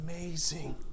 amazing